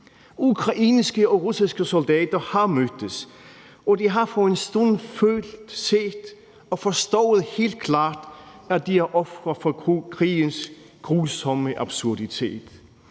Ukrainske og russiske soldater har mødtes, og de har for en stund følt, set og forstået helt klart, at de er ofre for krigens grusomme absurditet,